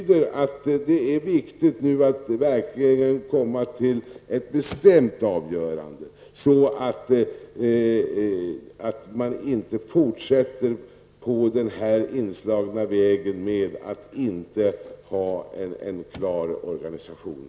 Det är viktigt att man nu verkligen fattar ett bestämt avgörande, så att vi inte fortsätter på den inslagna vägen och inte har en klar organisation.